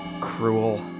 Cruel